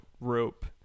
rope